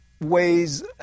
ways